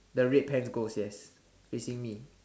the red pants ghost yes facing me